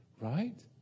right